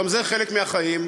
גם זה חלק מהחיים.